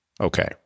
Okay